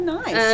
nice